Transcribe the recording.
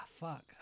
Fuck